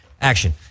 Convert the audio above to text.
action